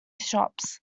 shops